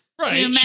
Right